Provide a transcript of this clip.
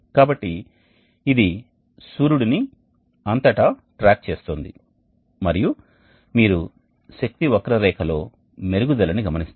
కాబట్టి ఇది సూర్యుడిని అంతటా ట్రాక్ చేస్తోంది మరియు మీరు శక్తి వక్రరేఖలో మెరుగుదలని గమనిస్తారు